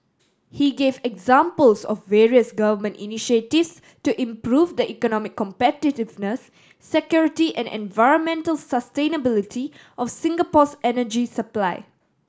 he gave examples of various Government initiatives to improve the economic competitiveness security and environmental sustainability of Singapore's energy supply